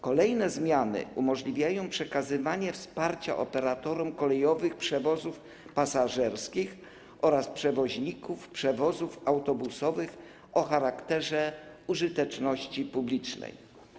Kolejne zmiany umożliwiają przekazywanie wsparcia operatorom kolejowych przewozów pasażerskich oraz przewoźnikom przewozów autobusowych o charakterze użyteczności publicznej.